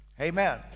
Amen